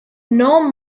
non